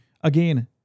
Again